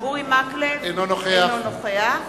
אינו נוכח